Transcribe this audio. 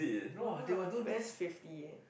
no lah my friends fifty eh